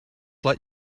let